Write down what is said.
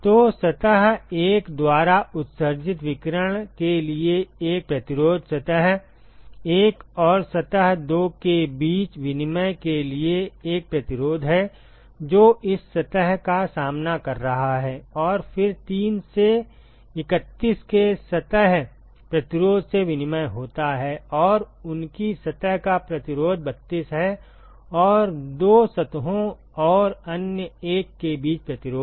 तो सतह 1 द्वारा उत्सर्जित विकिरण के लिए एक प्रतिरोध है सतह 1 और सतह 2 के बीच विनिमय के लिए एक प्रतिरोध है जो इस सतह का सामना कर रहा है और फिर 3 से 31 के सतह प्रतिरोध से विनिमय होता है और उनकी सतह का प्रतिरोध 32 और 2 सतहों और अन्य 1 के बीच प्रतिरोध